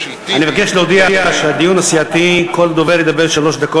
אני מבקש להודיע שבדיון הסיעתי כל דובר ידבר שלוש דקות,